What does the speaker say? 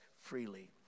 freely